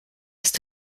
ist